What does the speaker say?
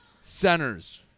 Centers